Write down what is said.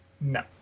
No